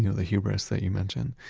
you know the hubris that you mentioned.